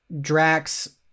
Drax